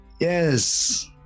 Yes